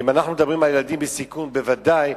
אם אנחנו מדברים על ילדים בסיכון, בוודאי.